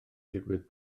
digwydd